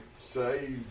say